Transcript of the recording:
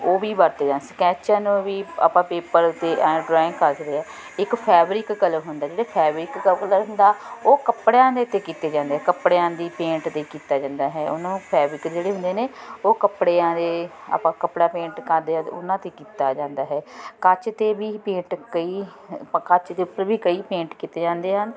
ਉਹ ਵੀ ਵਰਤਦੇ ਆ ਸਕੈਚਾਂ ਨੂੰ ਵੀ ਆਪਾਂ ਪੇਪਰ 'ਤੇ ਡਰੈਂਗ ਕਰਦੇ ਆ ਇੱਕ ਫੈਬਰਿਕ ਕਲਰ ਹੁੰਦਾ ਜਿਹੜੇ ਫੈਬਰਿਕ ਕਲਰ ਹੁੰਦਾ ਉਹ ਕੱਪੜਿਆਂ ਦੇ ਉੱਤੇ ਕੀਤੇ ਜਾਂਦੇ ਕੱਪੜਿਆਂ ਦੀ ਪੇਂਟ 'ਤੇ ਕੀਤਾ ਜਾਂਦਾ ਹੈ ਉਹਨਾਂ ਫੈਬਰਿਕ ਜਿਹੜੇ ਹੁੰਦੇ ਨੇ ਉਹ ਕੱਪੜਿਆਂ ਦੇ ਆਪਾਂ ਕੱਪੜਾ ਪੇਂਟ ਕਰਦੇ ਆ ਉਹਨਾਂ 'ਤੇ ਕੀਤਾ ਜਾਂਦਾ ਹੈ ਕੱਚ 'ਤੇ ਵੀ ਪੇਂਟ ਕਈ ਆਪਾਂ ਕੱਚ ਦੇ ਉੱਪਰ ਵੀ ਕਈ ਪੇਂਟ ਕੀਤੇ ਜਾਂਦੇ ਹਨ